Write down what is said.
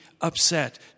upset